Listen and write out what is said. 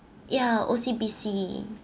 yeah O_C_B_C